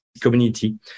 community